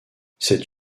cette